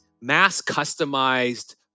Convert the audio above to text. mass-customized